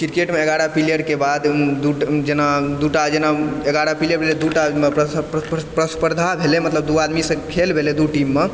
क्रिकेटमे एगारहटा पिलियरके बाद जेना दूटा जेना एगारहटा पिलियर भेलै दूटा प्रस्पर्धा भेलै मतलब दू आदमी सँ खेल भेलै दू टीम मऽ